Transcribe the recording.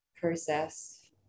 process